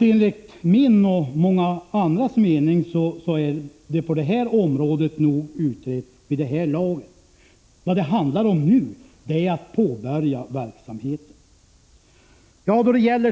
Enligt min och många andras mening har man alltså utrett tillräckligt på detta område. Vad det nu handlar om är att man skall påbörja verksamheten.